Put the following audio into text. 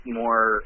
more